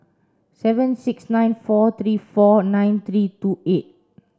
seven six nine four three four nine three two eight